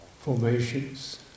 formations